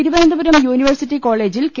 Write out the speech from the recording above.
Thiruvananthapuram university കോളേജിൽ K